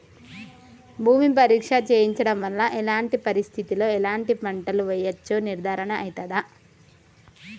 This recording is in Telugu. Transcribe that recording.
భూమి పరీక్ష చేయించడం వల్ల ఎలాంటి పరిస్థితిలో ఎలాంటి పంటలు వేయచ్చో నిర్ధారణ అయితదా?